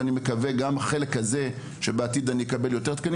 ואני מקווה שבעתיד נקבל יותר תקנים